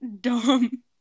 Dumb